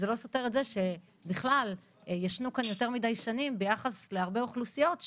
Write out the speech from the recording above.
זה לא סותר את זה שבכלל ישנו כאן יותר מדי שנים ביחס להרבה אוכלוסיות,